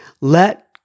let